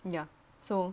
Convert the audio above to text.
ya so